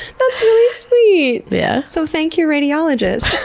that's really sweet. yeah so, thank your radiologist.